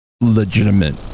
Legitimate